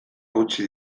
gutxi